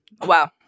Wow